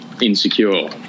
Insecure